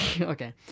okay